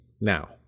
now